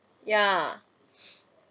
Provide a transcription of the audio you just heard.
ya